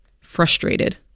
frustrated